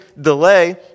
delay